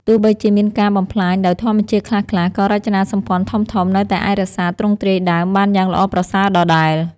ទោះបីជាមានការបំផ្លាញដោយធម្មជាតិខ្លះៗ ក៏រចនាសម្ព័ន្ធធំៗនៅតែអាចរក្សាទ្រង់ទ្រាយដើមបានយ៉ាងល្អប្រសើរដដែល។